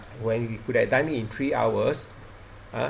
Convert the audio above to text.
when he could have done it in three hours ha